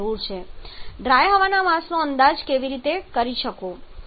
તમે ડ્રાય હવાના માસનો અંદાજ કેવી રીતે કરી શકો